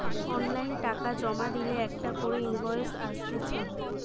online টাকা জমা দিলে একটা করে ইনভয়েস আসতিছে